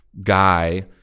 Guy